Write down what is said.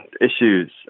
issues